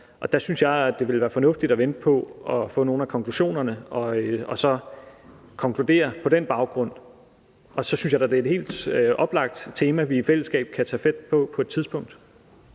Der synes jeg, at det vil være fornuftigt at vente på, at vi får nogle af konklusionerne, og så konkludere på den baggrund. Og så synes jeg da, at det er et helt oplagt tema, vi i fællesskab kan tage fat på på et tidspunkt.